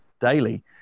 daily